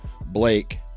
Blake